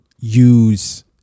use